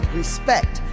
respect